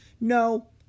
No